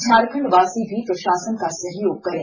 झारखण्ड वासी भी प्रशासन का सहयोग करें